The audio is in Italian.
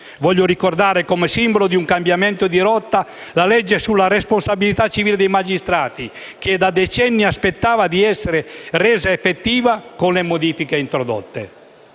Voglio ricordare, come simbolo di un cambiamento di rotta, la legge sulla responsabilità civile dei magistrati, che da decenni aspettava di essere resa effettiva con le modifiche introdotte.